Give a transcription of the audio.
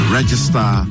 register